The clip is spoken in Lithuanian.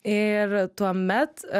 ir tuomet